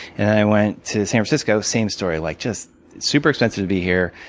and i went to san francisco, same story. like just super expensive to be here,